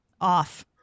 off